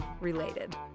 related